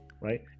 right